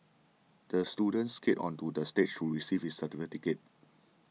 the student skated onto the stage to receive his certificate